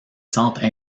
centres